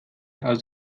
als